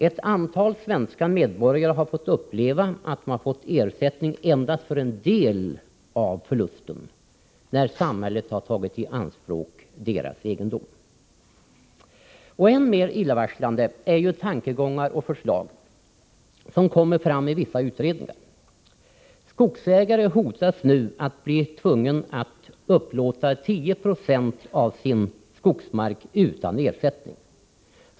Ett antal svenska medborgare har fått uppleva att de erhållit ersättning endast för en del av förlusten när samhället har tagit deras egendom i anspråk. Än mer illavarslande är tankegångar och förslag som kommer fram i vissa utredningar. Skogsägare hotas nu bli tvungna att upplåta 10 96 av sin skogsmark utan ersättning.